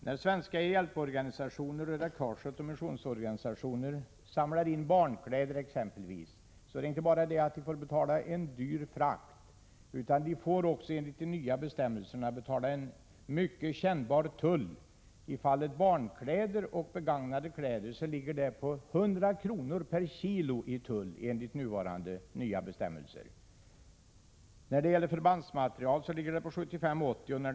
När svenska hjälporganisationer, Röda korset och missionsorganisationer, samlar in exempelvis barnkläder får de inte bara betala dyr frakt, utan de måste också enligt de nya bestämmelserna betala en kännbar tull. I fallet barnkläder och begagnade kläder ligger tullen på 100 kr. per kilogram enligt de nya bestämmelserna. Tullen på förbandsmaterial ligger på 75-80 kr.